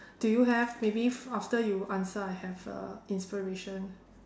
do you have maybe after you answer I have uh inspiration